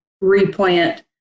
replant